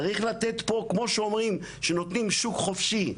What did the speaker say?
צריך לתת פה, כמו שאומרים שנותנים שוק חופשי.